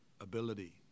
ability